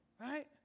Right